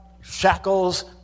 shackles